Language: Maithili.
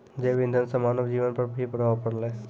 जैव इंधन से मानव जीबन पर भी प्रभाव पड़लै